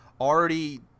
already